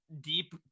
deep